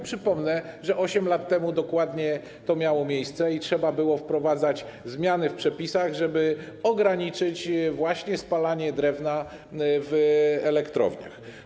Przypomnę, że 8 lat temu dokładnie to miało miejsce i trzeba było wprowadzać zmiany w przepisach, żeby ograniczyć właśnie spalanie drewna w elektrowniach.